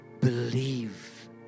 Believe